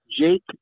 Jake